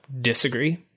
disagree